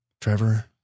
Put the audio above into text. Trevor